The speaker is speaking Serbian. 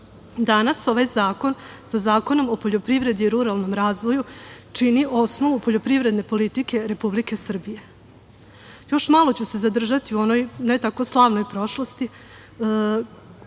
ovaj zakon, sa zakonom o poljoprivredi i ruralnom razvoju, čini osnovu poljoprivredne politike Republike Srbije. Još malo ću se zadržati u onoj ne tako slavnoj prošlosti